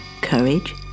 courage